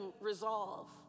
resolve